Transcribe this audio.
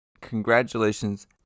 congratulations